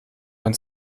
ein